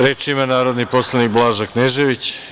Reč ima narodni poslanik Blaža Knežević.